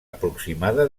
aproximada